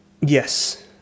Yes